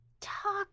talk